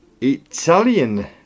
Italian